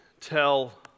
tell